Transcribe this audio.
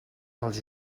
els